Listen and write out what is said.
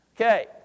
okay